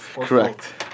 correct